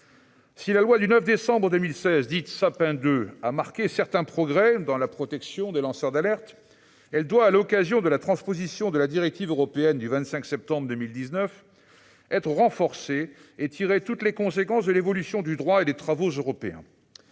Si la loi du 9 décembre 2016, dite Sapin II, a marqué certains progrès dans la protection des lanceurs d'alerte, elle doit, à l'occasion de la transposition de la directive européenne du 23 octobre 2019, être renforcée afin de tirer toutes les conséquences de l'évolution du droit et des travaux européens.